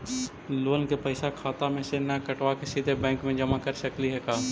Loan के पैसा खाता मे से न कटवा के सिधे बैंक में जमा कर सकली हे का?